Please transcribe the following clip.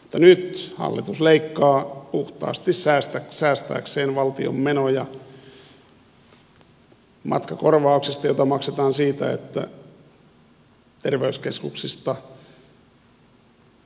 mutta nyt hallitus leikkaa puhtaasti säästääkseen valtion menoja matkakorvauksesta jota maksetaan siitä että terveyskeskuksista ja